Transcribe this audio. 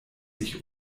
sich